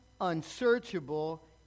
unsearchable